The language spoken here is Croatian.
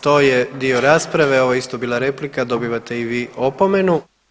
To je dio rasprave ovo je isto bila replika dobivate i vi opomenu.